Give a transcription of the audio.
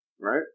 Right